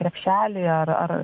krepšely ar ar